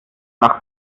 nach